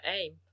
aim